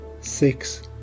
six